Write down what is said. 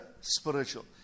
spiritual